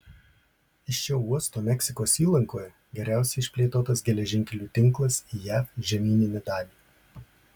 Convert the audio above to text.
iš šio uosto meksikos įlankoje geriausiai išplėtotas geležinkelių tinklas į jav žemyninę dalį